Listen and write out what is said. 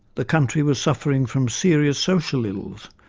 the country was suffering from serious social ills,